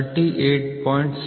44 38